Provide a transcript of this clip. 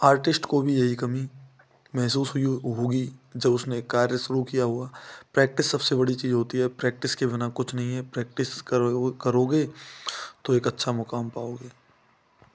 artist को भी यही कमी महसूस हुई होगी जब उसने कार्य शुरू किया होगा प्रैक्टिस सबसे बड़ी चीज़ होती है प्रैक्टिस के बिना कुछ नहीं है प्रैक्टिस करो करोगे तो एक अच्छा मुकाम पाओगे